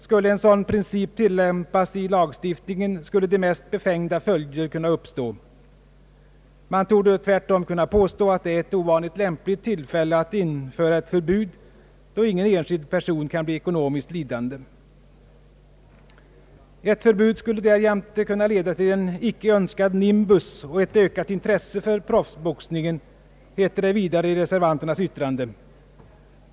Skulle en sådan princip tillämpas i lagstiftningen, skulle de mest befängda följder kunna uppstå. Man torde tvärtom kunna påstå, att det nu är ett ovanligt lämpligt tillfälle att införa ett förbud, då ingen Ang. förbud mot professionell boxning enskild person kan bli ekonomiskt lidande. Ett förbud skulle därjämte kunna leda till en »icke önskad nimbus» och ett ökat intresse för proffsboxningen, heter det vidare i reservanternas yttrande.